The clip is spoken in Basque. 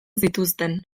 zituzten